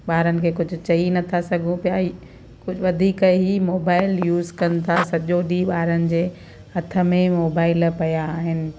ॿारनि खे कुझु चई नथा सघूं पिया वधीक ई मोबाइल यूस कनि था सॼो ॾींहुं ॿारनि जे हथ में मोबाइल पिया आहिनि